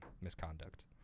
misconduct